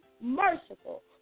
merciful